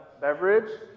beverage